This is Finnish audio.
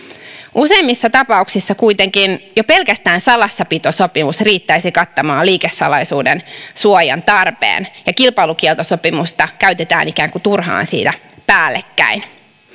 useimmissa tapauksissa kuitenkin jo pelkästään salassapitosopimus riittäisi kattamaan liikesalaisuuden suojan tarpeen ja kilpailukieltosopimusta käytetään ikään kuin turhaan siinä päällekkäin